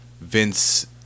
Vince